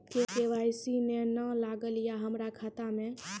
KYC ने न लागल या हमरा खाता मैं?